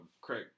Craig